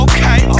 Okay